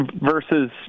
versus